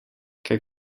как